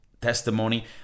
testimony